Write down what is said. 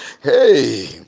Hey